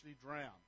drown